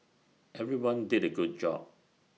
everyone did A good job